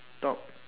talk